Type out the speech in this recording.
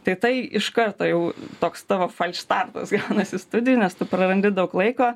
tai tai iš karto jau toks tavo falšstartas gaunasi studijų nes tu prarandi daug laiko